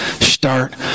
Start